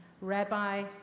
Rabbi